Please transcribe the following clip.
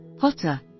hotter